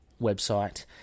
website